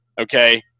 okay